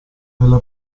nella